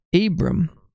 Abram